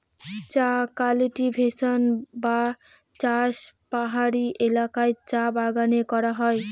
চা কাল্টিভেশন বা চাষ পাহাড়ি এলাকায় চা বাগানে করা হয়